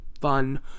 Fun